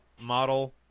model